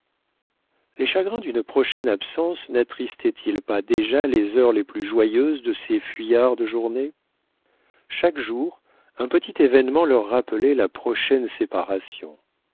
les chagrins d'une prochaine absence nattristaient ils pas déjà les heures les plus joyeuses de ces fuyardes journées chaque jour un petit événement leur rappelait la prochaine séparation